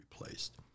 replaced